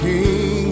King